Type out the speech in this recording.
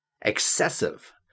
Excessive